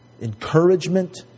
encouragement